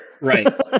Right